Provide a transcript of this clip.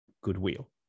goodwill